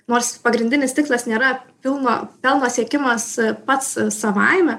nors pagrindinis tikslas nėra pilno pelno siekimas pats savaime